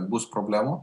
bus problemų